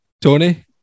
Tony